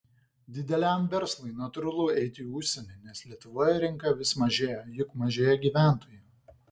dideliam verslui natūralu eiti į užsienį nes lietuvoje rinka vis mažėja juk mažėja gyventojų